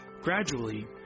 Gradually